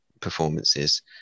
performances